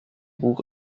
buch